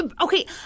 Okay